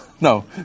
no